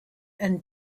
and